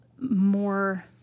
more